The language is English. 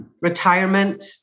retirement